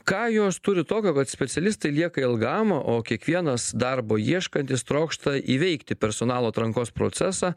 ką jos turi tokio kad specialistai lieka ilgam o kiekvienas darbo ieškantis trokšta įveikti personalo atrankos procesą